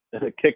kick